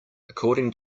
according